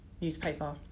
newspaper